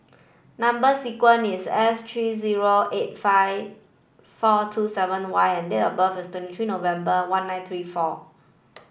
number sequence is S three zero eight five four two seven Y and date of birth is twenty three November one nine three four